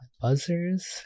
Buzzers